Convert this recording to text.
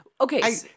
Okay